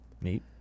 Neat